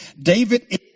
David